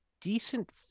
decent